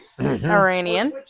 Iranian